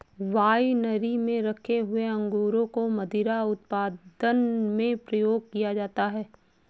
winery में रखे हुए अंगूरों को मदिरा उत्पादन में प्रयोग किया जाता है